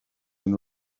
and